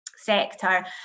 sector